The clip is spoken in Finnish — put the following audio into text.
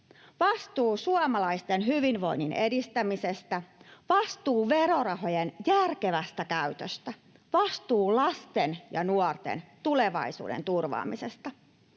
vastuu suomalaisten hyvinvoinnin edistämisestä, vastuu verorahojen järkevästä käytöstä, vastuu lasten ja nuorten tulevaisuuden turvaamisesta.